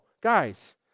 Guys